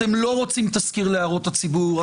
אתם לא רוצים תזכיר להערות הציבור,